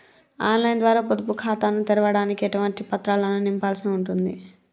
On line ద్వారా పొదుపు ఖాతాను తెరవడానికి ఎటువంటి పత్రాలను నింపాల్సి ఉంటది?